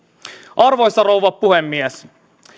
arvoisa rouva puhemies